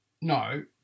No